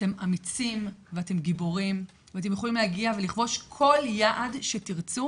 אתם אמיצים ואתם גיבורים ואתם יכולים להגיע ולכבוש כל יעד שתרצו